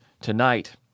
Tonight